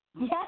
Yes